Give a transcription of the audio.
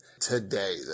today